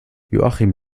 joachim